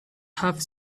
have